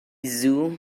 zoo